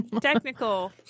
Technical